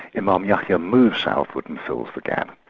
um um yakka moved southward and fills the gap.